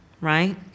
right